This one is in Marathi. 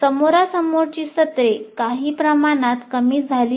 समोरासमोरची सत्रे काही प्रमाणात कमी झाली आहेत